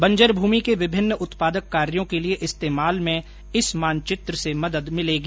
बंजर भूमि के विभिन्न उत्पादक कार्यों के लिए इस्तेमाल में इस मानचित्र से मदद मिलेगी